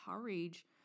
courage